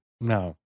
No